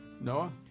Noah